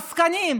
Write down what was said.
העסקנים,